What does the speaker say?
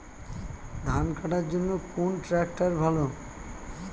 ধান কাটার জন্য কোন ট্রাক্টর ভালো?